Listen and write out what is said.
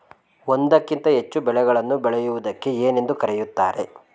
ಒಂದಕ್ಕಿಂತ ಹೆಚ್ಚು ಬೆಳೆಗಳನ್ನು ಬೆಳೆಯುವುದಕ್ಕೆ ಏನೆಂದು ಕರೆಯುತ್ತಾರೆ?